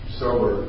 sober